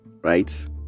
right